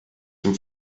den